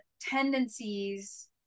tendencies